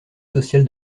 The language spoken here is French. social